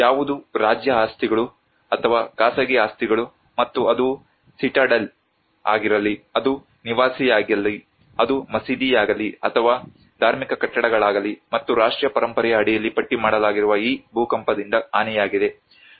ಯಾವುದು ರಾಜ್ಯ ಆಸ್ತಿಗಳು ಅಥವಾ ಖಾಸಗಿ ಆಸ್ತಿಗಳು ಮತ್ತು ಅದು ಸಿಟಾಡೆಲ್ ಆಗಿರಲಿ ಅದು ನಿವಾಸಿಯಾಗಲಿ ಅದು ಮಸೀದಿಯಾಗಲಿ ಅಥವಾ ಧಾರ್ಮಿಕ ಕಟ್ಟಡಗಳಾಗಲಿ ಮತ್ತು ರಾಷ್ಟ್ರೀಯ ಪರಂಪರೆಯ ಅಡಿಯಲ್ಲಿ ಪಟ್ಟಿ ಮಾಡಲಾಗಿರುವ ಈ ಭೂಕಂಪದಿಂದ ಹಾನಿಯಾಗಿದೆ